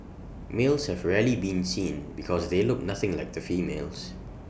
males have rarely been seen because they look nothing like the females